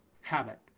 habit